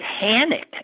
panic